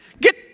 Get